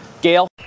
Gail